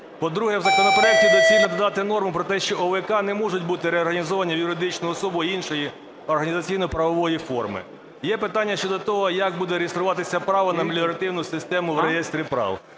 По-друге, в законопроекті доцільно додати норму про те, що ОВК не можуть бути реорганізовані в юридичну особу іншої організаційно-правової форми. Є питання щодо того як буде реєструватися право на меліоративну систему в реєстрі прав.